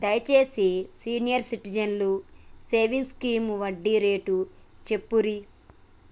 దయచేసి senior citizens savings scheme వడ్డీ rate చెప్పుర్రి